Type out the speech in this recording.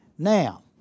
Now